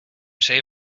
přeji